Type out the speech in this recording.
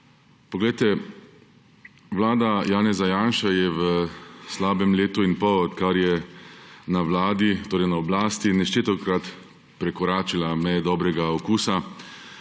Poglejte, vlada Janeze Janše je v slabem letu in pol, odkar je na vladi, torej na oblasti, neštetokrat prekoračila meje dobrega okusa